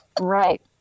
Right